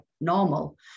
normal